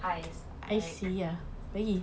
ice like